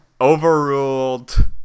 Overruled